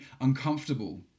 uncomfortable